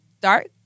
dark